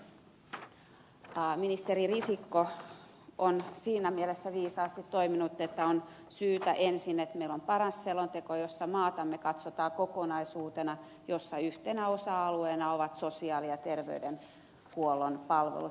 ministeri risikko on siinä mielessä viisaasti toiminut että meillä on syytä ensin olla paras selonteko jossa maatamme katsotaan kokonaisuutena jossa yhtenä osa alueena ovat sosiaali ja terveydenhuollon palvelut